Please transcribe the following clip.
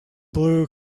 blue